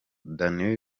dany